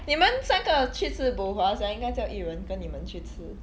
你们三个去吃 bo hua sia 应该叫 yi ren 跟你们去吃